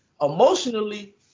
emotionally